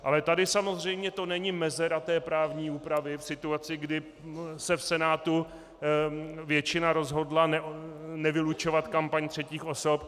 Ale tady samozřejmě to není mezera právní úpravy v situaci, kdy se v Senátu většina rozhodla nevylučovat kampaň třetích osob.